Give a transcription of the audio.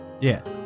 Yes